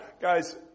guys